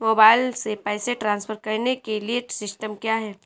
Mobile से पैसे transfer करने के लिए सिस्टम क्या है?